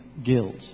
guilt